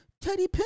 Teddy